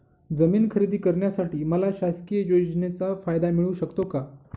जमीन खरेदी करण्यासाठी मला शासकीय योजनेचा फायदा मिळू शकतो का?